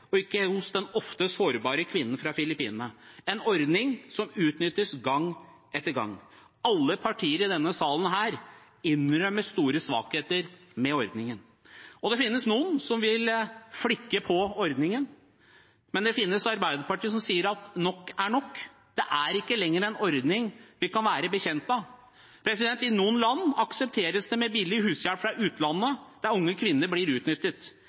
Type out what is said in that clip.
og ikke hos den ofte sårbare kvinnen fra Filippinene. Det er en ordning som utnyttes gang etter gang. Alle partier i denne salen innrømmer store svakheter ved ordningen. Det finnes noen som vil flikke på ordningen, men Arbeiderpartiet sier at nok er nok. Det er ikke lenger en ordning vi kan være bekjent av. I noen land aksepteres dette med billig hushjelp fra utlandet der unge kvinner blir utnyttet.